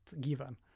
given